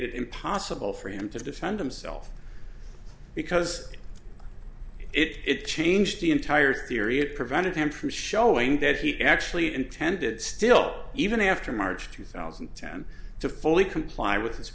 it impossible for him to defend himself because it changed the entire theory it prevented him from showing that he actually intended still even after march two thousand and ten to fully comply with his